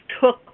took